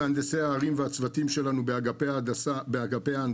מהנדסי הערים והצוותים שלנו באגפי ההנדסה,